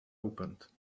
opened